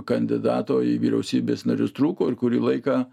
kandidato į vyriausybės narius trūko ir kurį laiką